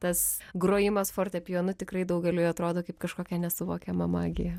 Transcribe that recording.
tas grojimas fortepijonu tikrai daugeliui atrodo kaip kažkokia nesuvokiama magija